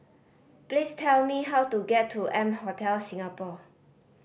please tell me how to get to M Hotel Singapore